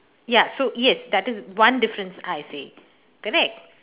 ya so yes that is one difference I see correct